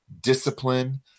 discipline